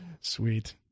Sweet